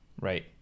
Right